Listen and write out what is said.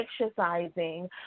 exercising